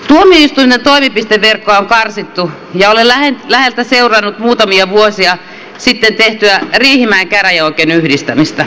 tuomioistuinten toimipisteverkkoa on karsittu ja olen läheltä seurannut muutamia vuosia sitten tehtyä riihimäen käräjäoikeuden yhdistämistä